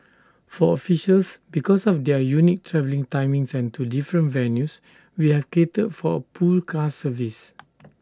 for officials because of their unique travelling timings and to different venues we have catered for A pool car service